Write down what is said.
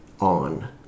on